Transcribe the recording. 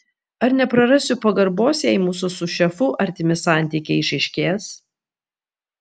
ar neprarasiu pagarbos jei mūsų su šefu artimi santykiai išaiškės